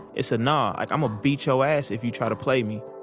it's a nah, i'mma beat yo' ass if you try to play me.